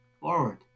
forward